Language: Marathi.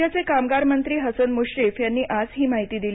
राज्याचे कामगार मंत्री हसन मुश्रीफ यांनी आज ही माहिती दिली